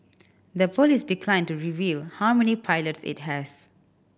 the police declined to reveal how many pilots it has